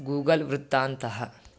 Google वृत्तान्तः